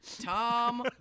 Tom